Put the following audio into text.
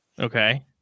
okay